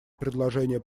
предложение